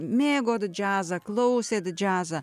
mėgote džiazą klausėte džiazą